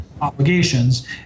obligations